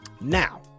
now